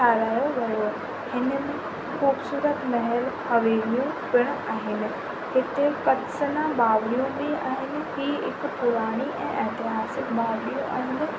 ठाराहियो वियो हो हिन में ख़ूबसूरत महल हवेलियूं पिणु आहिनि हिते कटसला बालियूं बि आहिनि हीउ हिकु पुराणी एतिहासिकु बालियूं आहिनि